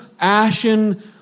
ashen